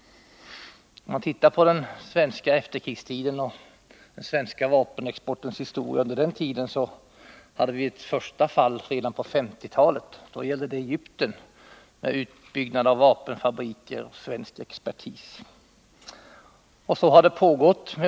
Om man tittar på vad som hänt under efterkrigstiden i Sverige och på den svenska vapenexportens historia under den tiden finner man att vi hade ett första fall redan på 1950-talet. Då gällde det Egypten, utbyggnad av vapenfabriker och svensk expertis. Så har det pågått.